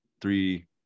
three